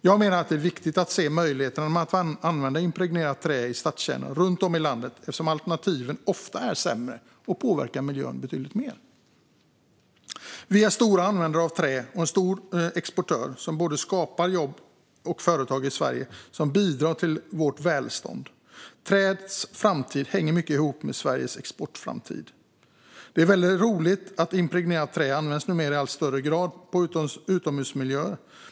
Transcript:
Jag menar att det är viktigt att se möjligheterna med att använda impregnerat trä i stadskärnor runt om i landet eftersom alternativen ofta är sämre och påverkar miljön betydligt mer. Vi är stora användare av trä och en stor exportör som både skapar jobb och företag i Sverige och bidrar till vårt välstånd. Träets framtid hänger mycket ihop med Sveriges exportframtid. Det är väldigt roligt att impregnerat trä numera används i allt högre grad i utomhusmiljöer.